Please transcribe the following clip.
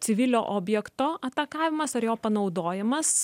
civilio objekto atakavimas ar jo panaudojimas